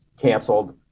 canceled